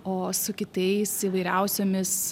o su kitais įvairiausiomis